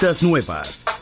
nuevas